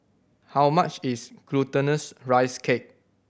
how much is Glutinous Rice Cake